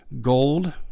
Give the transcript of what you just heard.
Gold